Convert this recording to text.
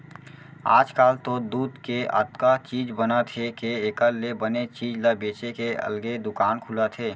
आजकाल तो दूद के अतका चीज बनत हे के एकर ले बने चीज ल बेचे के अलगे दुकान खुलत हे